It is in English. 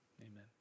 amen